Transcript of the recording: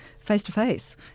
Face-to-face